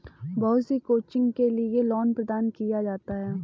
बहुत सी कोचिंग के लिये लोन प्रदान किया जाता है